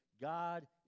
God